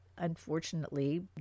unfortunately